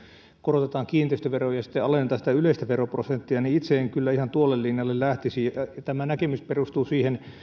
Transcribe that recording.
korotetaan kiinteistöveroja ja sitten alennetaan sitä yleistä veroprosenttia niin itse en kyllä ihan tuolle linjalle lähtisi tämä näkemys perustuu siihen että